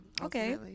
Okay